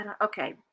Okay